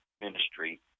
ministry